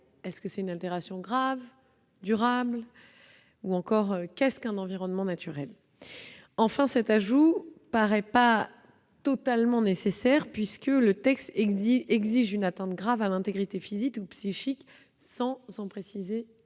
S'agit-il d'une altération grave, durable, ou encore, qu'est-ce qu'un environnement naturel ? En outre, cet ajout ne paraît pas nécessaire, puisque le texte exige une atteinte grave à l'intégrité physique ou psychique sans préciser le